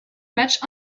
matchs